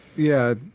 yeah.